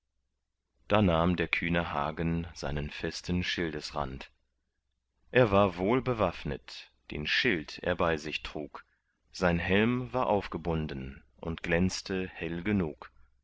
da nahm der kühne hagen seinen festen schildesrand er war wohl bewaffnet den schild er bei sich trug sein helm war aufgebunden und glänzte hell genug